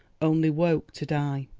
only woke to die.